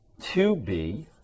2B